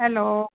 hello